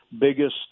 Biggest